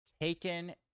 taken